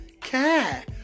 care